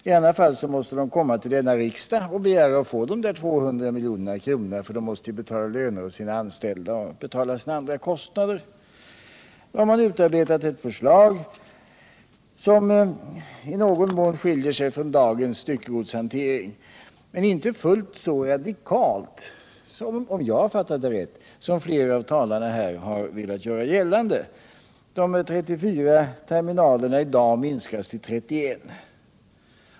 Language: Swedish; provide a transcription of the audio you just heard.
I annat fall måste företaget hos riksdagen begära att få dessa 200 milj.kr., för det måste ju betala löner till sina anställda och betala andra kostnader. Då har man utarbetat ett förslag som i någon mån skiljer sig från dagens styckegodshantering — men inte fullt så radikalt, om jag har fattat det rätt, som flera talare här har velat göra gällande. De nuvarande 34 terminalerna minskas till 31.